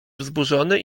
wzburzony